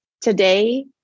Today